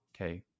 Okay